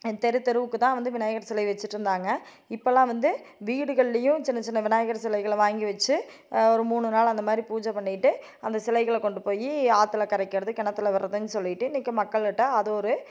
தெரு தெருவுக்குத்தான் வந்து விநாயகர் சிலை வச்சுட்டிருந்தாங்க இப்போல்லாம் வந்து வீடுகள்லேயும் சின்ன சின்ன விநாயகர் சிலைகளை வாங்கி வச்சு ஒரு மூணு நாள் அந்தமாதிரி பூஜை பண்ணிவிட்டு அந்த சிலைகளை கொண்டு போய் ஆற்றுல கரைக்கிறது கிணத்துல வர்றதுனு சொல்லிட்டு இன்றைக்கி மக்களுட்ட அது ஒரு